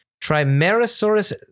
Trimerosaurus